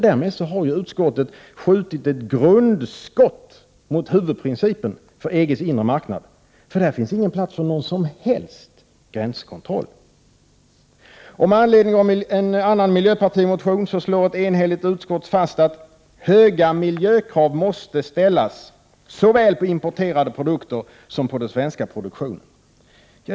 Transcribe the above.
Därmed har utskottet skjutit ett grundskott mot huvudprincipen för EG:s inre marknad, för där finns inte plats för någon som helst gränskontroll. Med anledning av en annan miljöpartimotion slår ett enhälligt utskott fast att ”höga miljökrav måste ställas såväl på importerade produkter som på den svenska produktionen”.